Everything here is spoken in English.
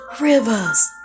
rivers